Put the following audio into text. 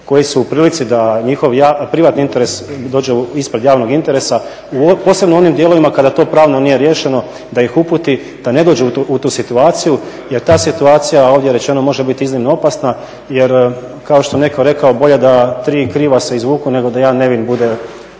koji su u prilici da njihov privatni interes dođe ispred javnog interesa posebno u onim dijelovima kada to pravno nije riješeno da ih uputi da ne dođu u tu situaciju jer ta situacija ovdje rečeno može biti iznimno opasna. Jer kao što je netko rekao bolje da tri kriva se izvuku nego da jedan nevin bude